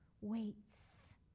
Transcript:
waits